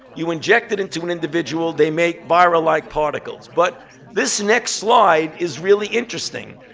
you inject it into an individual, they make vira-like particles. but this next slide is really interesting.